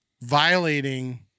violating